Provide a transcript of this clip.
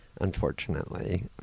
unfortunately